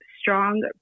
strong